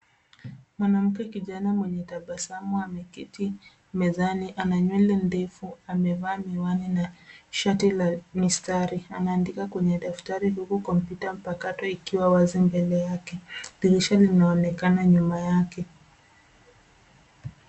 Mwanamke kijana mwenye tabasamu ameketi mezani ana nywele ndefu amevaa miwani na shati la mistari anaandika kwenye daftari huku kompyuta mapakato ikiwa mbale yake. Dirisha linaonekana nyuma yake.